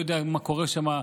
ולא יודע מה קורה שם,